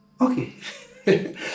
Okay